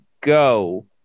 go